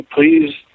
please